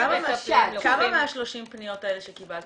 כמה מ-30 הפניות האלה שקיבלת